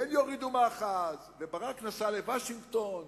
כן יורידו מאחז, וברק נסע לוושינגטון